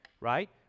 right